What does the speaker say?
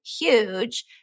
huge